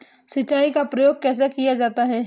सिंचाई का प्रयोग कैसे किया जाता है?